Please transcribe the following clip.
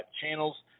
channels